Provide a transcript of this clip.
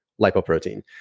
lipoprotein